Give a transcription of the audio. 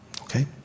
Okay